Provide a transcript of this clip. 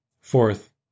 Fourth